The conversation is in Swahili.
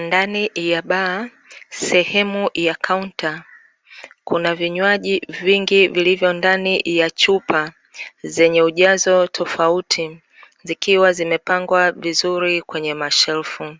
Ndani ya baa sehemu ya kaunta, kuna vinywaji vingi vilivyo ndani ya chupa zenye ujazo tofauti, zikiwa zimepangwa vizuri kwenye mashelfu.